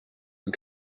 and